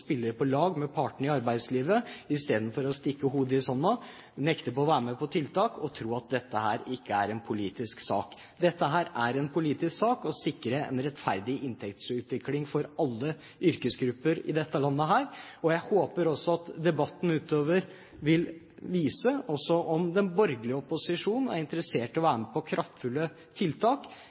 på lag med partene i arbeidslivet, i stedet for at man stikker hodet i sanden, nekter å være med på tiltak og tror at dette ikke er politisk sak. Det er en politisk sak å sikre en rettferdig inntektsutvikling for alle yrkesgrupper i dette landet. Jeg håper også at debatten utover vil vise om den borgerlige opposisjonen er interessert i å være med på kraftfulle tiltak